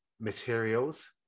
materials